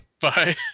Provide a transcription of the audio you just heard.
Bye